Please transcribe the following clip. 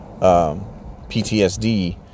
PTSD